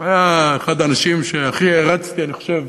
שהוא אחד האנשים שהכי הערצתי, אני חושב,